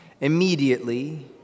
immediately